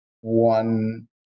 one